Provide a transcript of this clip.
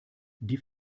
die